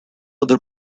other